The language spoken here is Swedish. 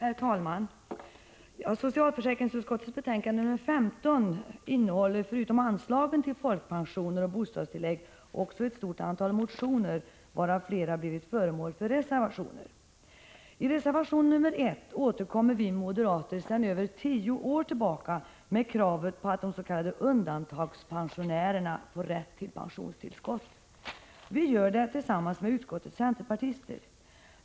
Herr talman! I socialförsäkringsutskottets betänkande nr 15 behandlas förutom anslagen till folkpensioner och bostadstillägg också ett stort antal motioner, av vilka flera föranlett reservationer. I reservation nr 1 återkommer vi moderater med ett krav som vi upprepat i mer än tio år. Vi kräver nämligen att de s.k. undantagandepensionärerna får rätt till pensionstillskott. Vi gör detta tillsammans med utskottets centerpartiledamöter.